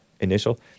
initial